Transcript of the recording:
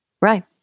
Right